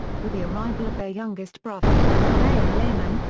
with the arrival of their youngest brother, mayer lehman,